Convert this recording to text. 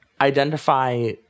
identify